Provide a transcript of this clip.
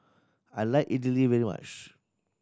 I like idly very much